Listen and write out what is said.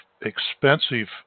expensive